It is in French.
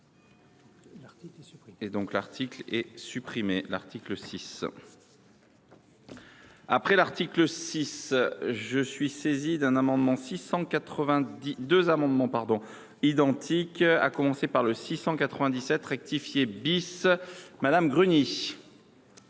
l’article 7 est supprimé.